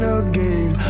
again